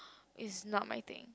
is not my thing